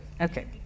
Okay